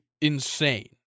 insane